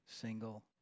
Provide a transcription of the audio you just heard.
single